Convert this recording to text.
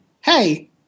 hey